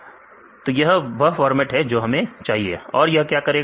विद्यार्थी फॉर्मेट यह वह फॉर्मेट है जो हमें चाहिए और यह क्या है